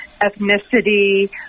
ethnicity